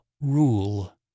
rule